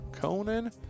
Conan